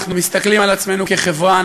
אנחנו מסתכלים על עצמנו כחברה,